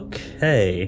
Okay